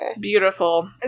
Beautiful